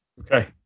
Okay